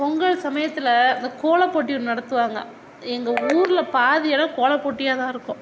பொங்கல் சமயத்தில் இந்த கோலப்போட்டி ஒன்று நடத்துவாங்க எங்கள் ஊரில் பாதி இடம் கோலப்போட்டியாகதான் இருக்கும்